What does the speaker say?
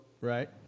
Right